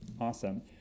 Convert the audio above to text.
Awesome